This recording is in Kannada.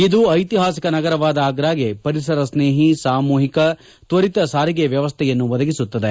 ಇದು ಐತಿಹಾಸಿಕ ನಗರವಾದ ಆಗ್ರಾಗೆ ಪರಿಸರ ಸ್ನೇಹಿ ಸಾಮೂಹಿಕ ತ್ವರಿತ ಸಾರಿಗೆ ವ್ಯವಸ್ಥೆಯನ್ನು ಒದಗಿಸುತ್ತದೆ